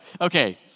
okay